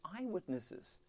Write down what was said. eyewitnesses